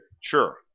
Sure